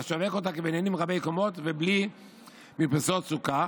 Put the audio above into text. ולשווק אותה כבניינים רבי-קומות ובלי מרפסות סוכה,